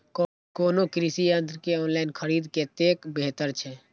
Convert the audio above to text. कोनो कृषि यंत्र के ऑनलाइन खरीद कतेक बेहतर छै?